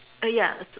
oh ya